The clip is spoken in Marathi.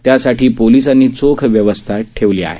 त्यासाठी पोलिसांनी चोख व्यवस्था ठेवली आहे